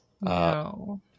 No